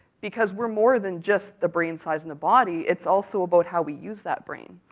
because we're more than just the brain size and the body, it's also about how we use that brain.